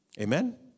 Amen